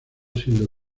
siendo